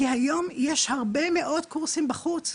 כי היום יש הרבה מאוד קורסים בחוץ.